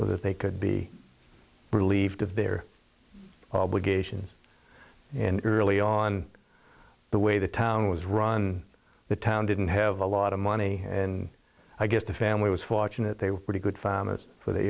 that they could be relieved of their obligations in early on the way the town was run the town didn't have a lot of money and i guess the family was fortunate they were pretty good famished for the